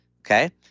Okay